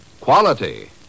Quality